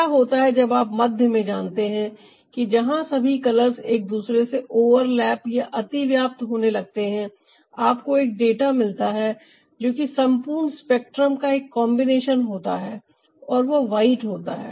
क्या होता है जब आप मध्य में जानते हैं कि जहां सभी कलर्स एक दूसरे से ओवरलैप या अतिव्याप्त होने लगते हैआप को एक डाटा मिलता है जो कि संपूर्ण स्पेक्ट्रम का एक कॉम्बिनेशन होता है और वह व्हाइट होता है